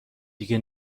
دیگه